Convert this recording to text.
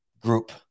group